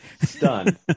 stunned